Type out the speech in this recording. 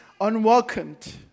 unwelcomed